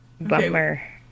bummer